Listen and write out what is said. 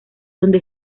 donde